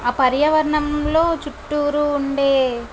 ఆ పర్యావరణంలో చుట్టూరు ఉండే